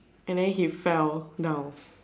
and then he fell down